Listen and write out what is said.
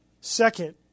Second